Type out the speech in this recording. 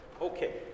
Okay